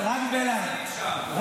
אלמוג, בלי שאתה תובע, זה לא נחשב.